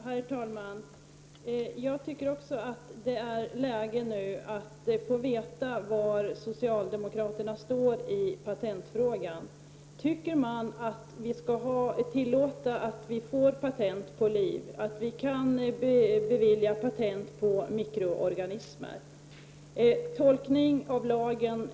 Herr talman! Också jag tycker att det är dags att vi får veta var socialdemokraterna står i patentfrågan. Tycker man att det skall bli tillåtet att ta patent på liv, att patent på mikroorganismer skall beviljas?